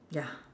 ya